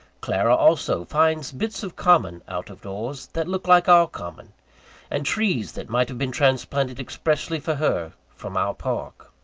clara, also, finds bits of common, out of doors, that look like our common and trees that might have been transplanted expressly for her, from our park.